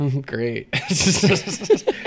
Great